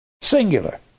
Singular